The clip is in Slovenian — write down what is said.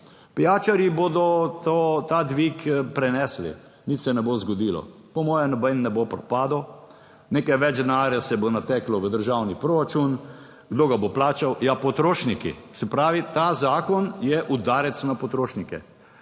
pijačarji bodo ta dvig prenesli. nič se ne bo zgodilo, po moje noben ne bo propadel, nekaj več denarja se bo nateklo v državni proračun, kdo ga bo plačal? Ja, potrošniki. Se pravi, ta zakon je udarec na potrošnike,